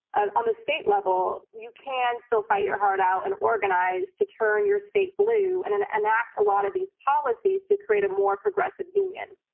ah on the state level, you can still fight your heart out and organize to turn your state blue and then and enact a lot of these policies to create a more progressive union.